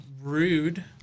Rude